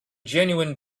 genuine